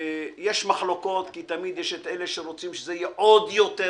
יש מחלוקות כי תמיד יש את אלה שרוצים שזה יהיה עוד יותר,